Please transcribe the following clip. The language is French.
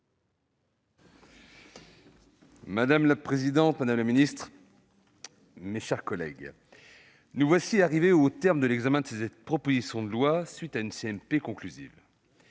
Madame la présidente, madame la ministre, mes chers collègues, nous voici arrivés au terme de l'examen de cette proposition de loi, à la suite